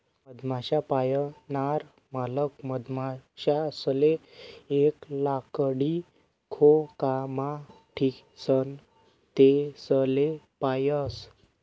मधमाश्या पायनार मालक मधमाशासले एक लाकडी खोकामा ठीसन तेसले पायस